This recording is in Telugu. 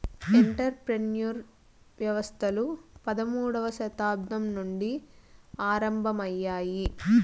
ఎంటర్ ప్రెన్యూర్ వ్యవస్థలు పదమూడవ శతాబ్దం నుండి ఆరంభమయ్యాయి